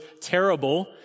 terrible